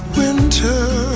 winter